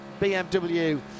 BMW